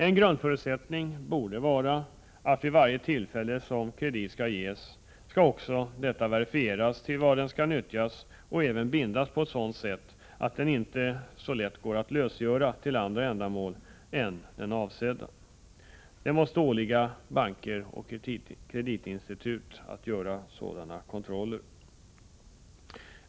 En grundförutsättning borde vara att det vid varje tillfälle då kredit skall ges också skall verifieras till vad den skall nyttjas och även att den binds på ett sådant sätt att den inte går att lösgöra för andra ändamål än det avsedda. Det måste åligga banker och kreditinstitut att göra sådana kontroller.